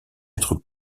être